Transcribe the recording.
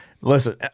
Listen